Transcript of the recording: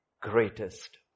greatest